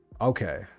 Okay